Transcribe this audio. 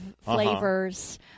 flavors